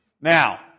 Now